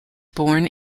born